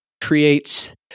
creates